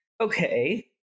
okay